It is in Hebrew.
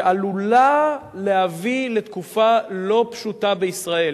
שעלולה להביא לתקופה לא פשוטה בישראל.